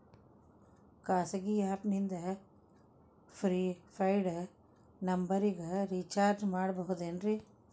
ಖಾಸಗಿ ಆ್ಯಪ್ ನಿಂದ prepaid ನಂಬರಿಗ ರೇಚಾರ್ಜ್ ಮಾಡಬಹುದೇನ್ರಿ?